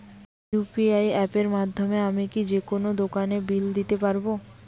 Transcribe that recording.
UPI অ্যাপের মাধ্যমে আমি কি যেকোনো দোকানের বিল দিতে পারবো?